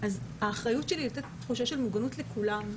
האחריות שלי לתת תחושה של מוגנות לכולם,